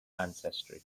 ancestry